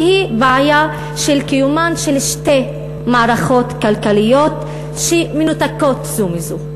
שהיא בעיה של קיומן של שתי מערכות כלכליות שמנותקות זו מזו.